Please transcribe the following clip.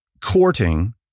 courting